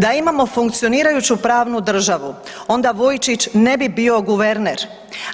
Da imamo funkcionirajuću pravnu državu onda Vujčić ne bi bio guverner,